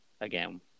again